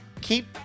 keep